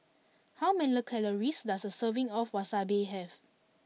how many calories does a serving of Wasabi have